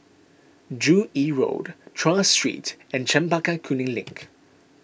Joo Yee Road Tras Street and Chempaka Kuning Link